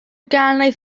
gannoedd